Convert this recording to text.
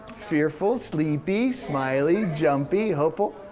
fearful, sleepy, smiley, jumpy, hopeful?